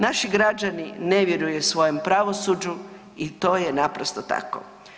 Naši građani ne vjeruju svojem pravosuđu i to je naprosto tako.